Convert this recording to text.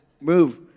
move